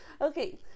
Okay